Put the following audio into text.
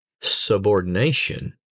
subordination